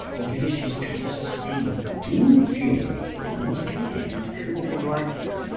a village just can't sustain two funeral homes, can it? you could be right there.